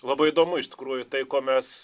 labai įdomu iš tikrųjų tai ko mes